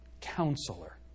counselor